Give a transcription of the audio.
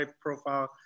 profile